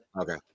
Okay